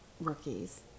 rookies